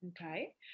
Okay